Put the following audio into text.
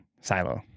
silo